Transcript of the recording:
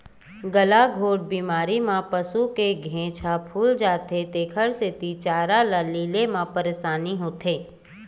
गलाघोंट बेमारी म पसू के घेंच ह फूल जाथे तेखर सेती चारा ल लीले म परसानी होथे